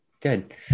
Good